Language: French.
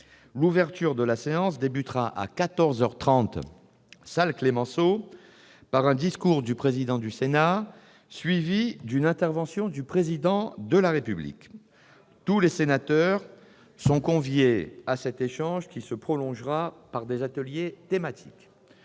à quatorze heures trente en salle Clemenceau par un discours du président du Sénat, qui sera suivi d'une intervention du Président de la République. Tous les sénateurs sont conviés à cet échange, qui se prolongera par des ateliers thématiques.